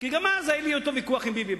גם אז היה לי אותו ויכוח באוצר.